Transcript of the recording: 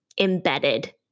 embedded